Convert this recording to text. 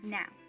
now